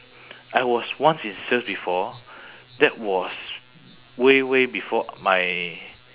I was once in sales before that was way way before my